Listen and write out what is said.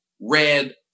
red